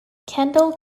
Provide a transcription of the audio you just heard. kendall